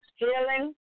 healing